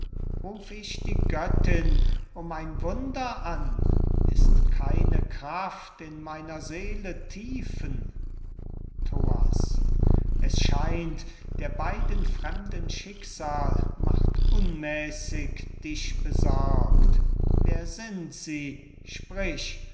ruf ich die göttin um ein wunder an ist keine kraft in meiner seele tiefen thoas es scheint der beiden fremden schicksal macht unmäßig dich besorgt wer sind sie sprich